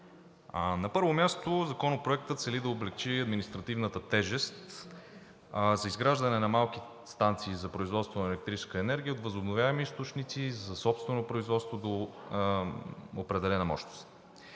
На първо място, Законопроектът цели да облекчи административната тежест за изграждане на малки станции за производство на електрическа енергия от възобновяеми източници за собствено производство до определена мощност.